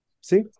See